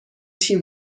تیم